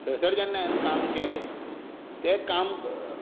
थंयसर जेन्ना हांवें काम केलें तें काम क